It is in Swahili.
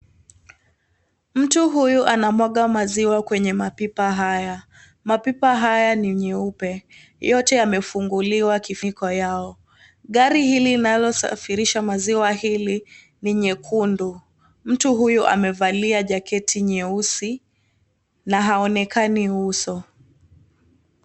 Mtu huyu anamwaga maziwa kwenye mapipa haya, mapipa haya ni meupe. Yote yamefunguliwa kiviko yao. Gari hili linalosafirisha maziwa hili ni nyekundu. Mtu huyu amevalia jaketi nyeusi na haonekani uso.